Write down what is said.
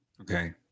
Okay